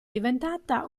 diventata